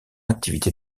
activité